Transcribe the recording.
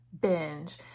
binge